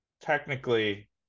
technically